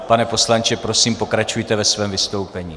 Pane poslanče, prosím, pokračujte ve svém vystoupení.